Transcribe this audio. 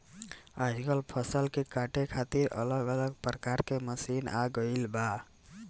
आजकल फसल के काटे खातिर अलग अलग प्रकार के मशीन आ गईल बा